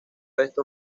esto